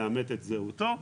לאמת את זהותו.